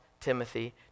Timothy